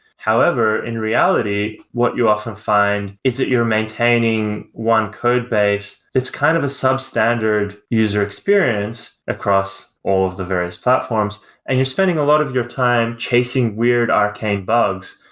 however in reality, what you often find is that you're maintaining one code base. it's kind of a substandard user experience across all of the various platforms and you're spending a lot of your time chasing weird arcane bugs.